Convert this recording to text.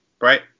right